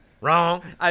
Wrong